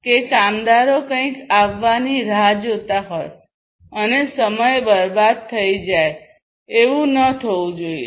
કે કામદારો કંઈક આવવાની રાહ જોતા હોય અને સમય બરબાદ થઈ જાય એવું ન થવું જોઈએ